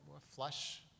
flush